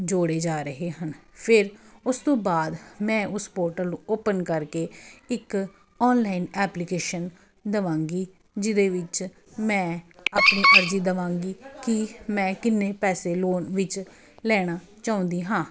ਜੋੜੇ ਜਾ ਰਹੇ ਹਨ ਫਿਰ ਉਸ ਤੋਂ ਬਾਅਦ ਮੈਂ ਉਸ ਪੋਰਟਲ ਨੂੰ ਓਪਨ ਕਰਕੇ ਇੱਕ ਆਨਲਾਈਨ ਐਪਲੀਕੇਸ਼ਨ ਦਵਾਂਗੀ ਜਿਹਦੇ ਵਿੱਚ ਮੈਂ ਆਪਣੀ ਅਰਜੀ ਦਵਾਂਗੀ ਕਿ ਮੈਂ ਕਿੰਨੇ ਪੈਸੇ ਲੋਨ ਵਿੱਚ ਲੈਣਾ ਚਾਹੁੰਦੀ ਹਾਂ